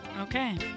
Okay